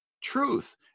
truth